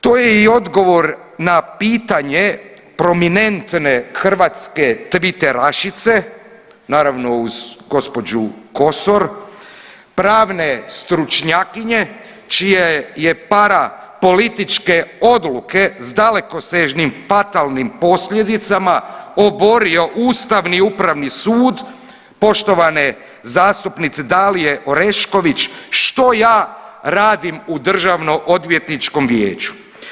To je i odgovor na pitanje prominentne hrvatske tviterašice, naravno uz gospođu Kosor, pravne stručnjakinje čija je para političke odluke s dalekosežnim fatalnim posljedicama oborio ustavni upravni sud poštovane zastupnice Dalije Orešković što ja radim u DOV-u.